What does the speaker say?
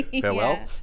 farewell